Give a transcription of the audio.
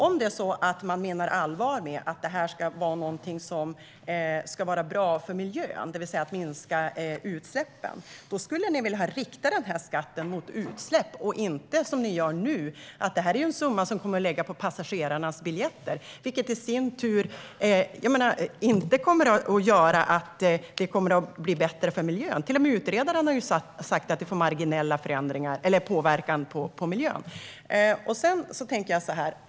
Om man menar allvar med att detta ska vara bra för miljön, det vill säga att det minskar utsläppen, borde man väl ha riktat skatten mot utsläpp och inte som nu, lägga kostnaden på passagerarnas biljetter? Det kommer ju inte göra att det blir bättre för miljön. Till och med utredaren har sagt att det får marginell påverkan på miljön.